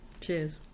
Cheers